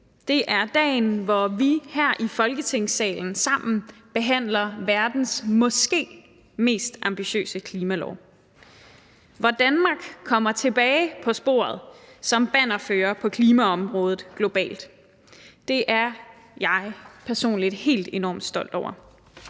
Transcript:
Det er dagen, hvor vi her i Folketingssalen sammen behandler verdens måske mest ambitiøse klimalov, hvor Danmark kommer tilbage på sporet som bannerfører på klimaområdet globalt. Det er jeg personligt helt enormt stolt over.